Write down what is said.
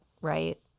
right